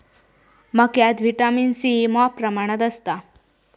मक्यात vitamin C मॉप प्रमाणात असता